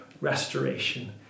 restoration